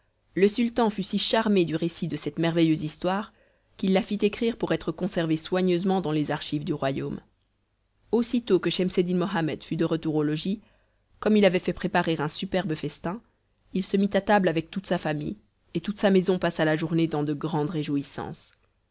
le sultan fut si charmé du récit de cette merveilleuse histoire qu'il la fit écrire pour être conservée soigneusement dans les archives du royaume aussitôt que schemseddin mohammed fut de retour au logis comme il avait fait préparer un superbe festin il se mit à table avec toute sa famille et toute sa maison passa la journée dans de grandes réjouissances